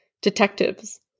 detectives